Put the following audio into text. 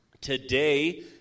Today